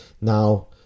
Now